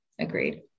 Agreed